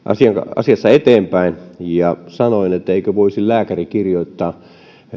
asiassa eteenpäin ja sanoin että eikö voisi lääkäri kirjoittaa